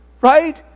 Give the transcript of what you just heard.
Right